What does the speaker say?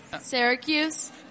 Syracuse